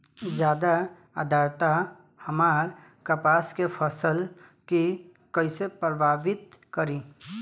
ज्यादा आद्रता हमार कपास के फसल कि कइसे प्रभावित करी?